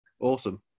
awesome